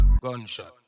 Gunshot